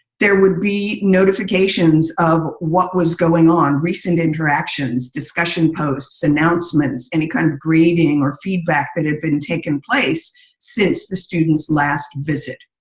there would be notifications of what was going on, recent interactions, discussion posts, announcements, any kind of greeting or feedback that have been taken place since the student's last visit.